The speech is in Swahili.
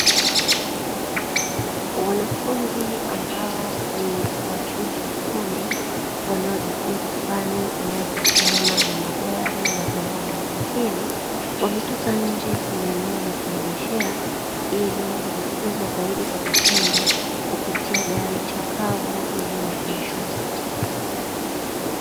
Wanafunzi ambao ni wa chuo cha ufundi, wanaojifunza fani inayohusiana na magari na vyombo vya usafiri, wametoka nje kwenye eneo la kuegeshea ili kujifunza zaidi kwa vitendo kupitia gari chakavu iliyoegeshwa.